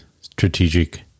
strategic